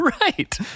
Right